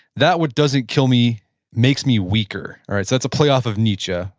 that which doesn't kill me makes me weaker. that's a play off of nietzsche,